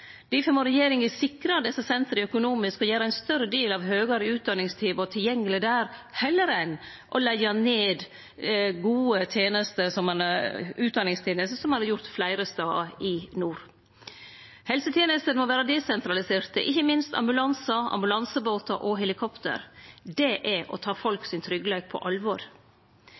Difor må regjeringa sikre desse sentera økonomisk og gjere ein større del av høgare utdanningstilbod tilgjengeleg der, heller enn å leggje ned gode utdanningstenester, som ein har gjort fleire stader i nord. Helsetenestene må vere desentraliserte, ikkje minst ambulansar, ambulansebåtar og helikopter. Det er å ta tryggleiken til folk på alvor.